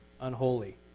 unholy